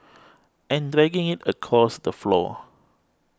and dragging it across the floor